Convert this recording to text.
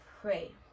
pray